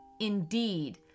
Indeed